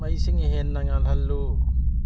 ꯃꯩꯁꯤꯡ ꯍꯦꯟꯅ ꯉꯥꯟꯍꯜꯂꯨ